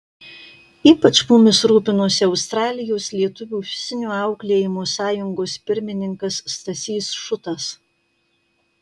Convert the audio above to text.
ypač mumis rūpinosi australijos lietuvių fizinio auklėjimo sąjungos pirmininkas stasys šutas